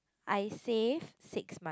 I save six month